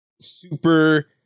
super